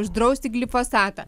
uždrausti glifosatą